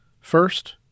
First